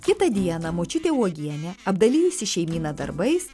kitą dieną močiutė uogienė apdalijusi šeimyną darbais